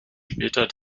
später